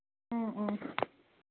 ꯎꯝ ꯎꯝ